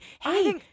hey